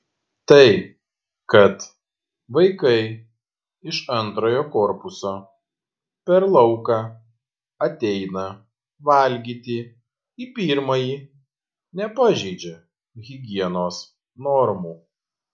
tai kad vaikai iš antrojo korpuso per lauką ateina valgyti į pirmąjį nepažeidžia higienos normų